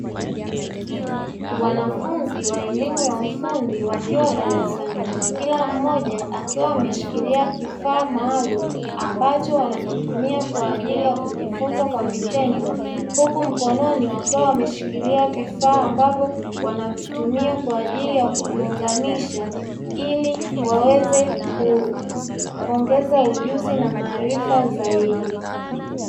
Wanafunzi wa elimu ya ufundi wakiwa darasani kila mmoja akiwa ameshikilia kifaa maalumu ambacho wanakitumia kwa ajili ya kujifunza kwa vitendo, huku mkononi wakiwa wameshikilia vifaa ambavyo wanavitumia kwa ajili ya kuviunganisha ili waweze kuongeza ujuzi na maarifa zaidi.